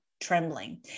trembling